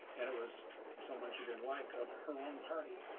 and it was someone she didn't like of her own party.